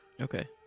Okay